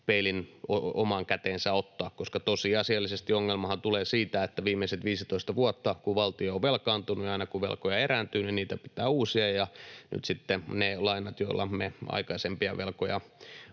peilin omaan käteensä ottaa. Tosiasiallisestihan ongelma tulee siitä, että viimeiset 15 vuotta valtio on velkaantunut, ja aina kun velkoja erääntyy, niin niitä pitää uusia. Nyt sitten ne lainat, joilla me aikaisempia velkoja